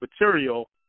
material